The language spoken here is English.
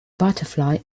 butterfly